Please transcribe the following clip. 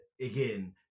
again